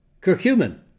curcumin